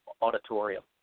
auditorium